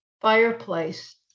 fireplace